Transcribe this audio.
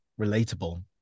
relatable